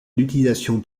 l’utilisation